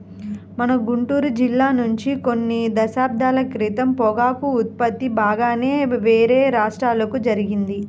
మన గుంటూరు జిల్లా నుంచి కొన్ని దశాబ్దాల క్రితం పొగాకు ఉత్పత్తి బాగానే వేరే రాష్ట్రాలకు జరిగింది